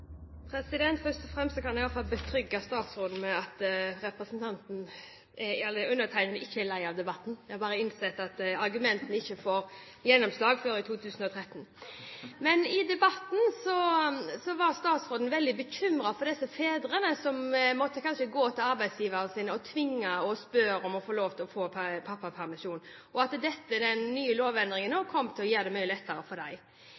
det. Først kan jeg i hvert fall betrygge statsråden med at undertegnede ikke er lei av debatten. Jeg har bare innsett at argumentene ikke får gjennomslag før i 2013. I debatten er statsråden veldig bekymret for de fedrene som kanskje måtte gå til arbeidsgiveren sin for å tvinge seg til og spørre om å få pappapermisjon, og han sa at den nye lovendringen kom det til å gjøre det mye lettere for dem.